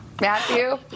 Matthew